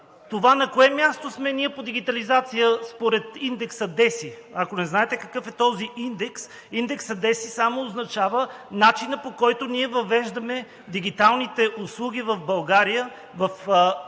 това на кое място сме ние по дигитализация според индекса DESI? Ако не знаете какъв е този индекс, индексът DESI само означава начина, по който ние въвеждаме дигиталните услуги в България в публичния